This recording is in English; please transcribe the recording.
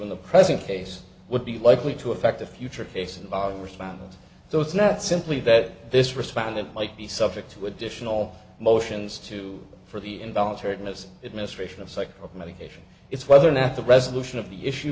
in the present case would be likely to affect a future case involving respondent so it's not simply that this respondent might be subject to additional motions to for the involuntary miss it ministration of cycle of medication it's whether or not the resolution of the issue